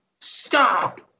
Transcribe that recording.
Stop